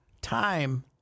time